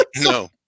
no